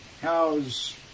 How's